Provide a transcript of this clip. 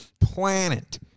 planet